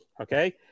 okay